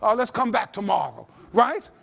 ah let's come back tomorrow right?